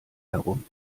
herum